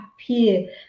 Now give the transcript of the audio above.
appear